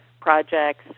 projects